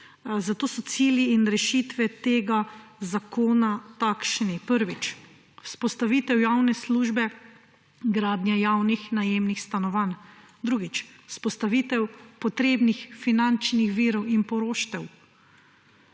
Zato so cilji in rešitve tega zakona takšni. Prvič, vzpostavitev javne službe gradnje javnih najemnih stanovanj. Drugič, vzpostavitev potrebnih finančnih virov in poroštev.